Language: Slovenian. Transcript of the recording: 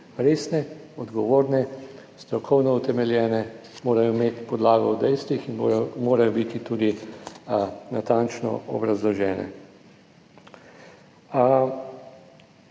resne, odgovorne, strokovno utemeljene, morajo imeti podlago v dejstvih in morajo biti tudi natančno obrazložene.